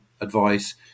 advice